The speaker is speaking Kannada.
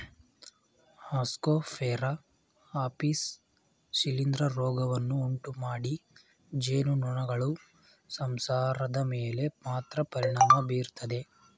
ಆಸ್ಕೋಸ್ಫೇರಾ ಆಪಿಸ್ ಶಿಲೀಂಧ್ರ ರೋಗವನ್ನು ಉಂಟುಮಾಡಿ ಜೇನುನೊಣಗಳ ಸಂಸಾರದ ಮೇಲೆ ಮಾತ್ರ ಪರಿಣಾಮ ಬೀರ್ತದೆ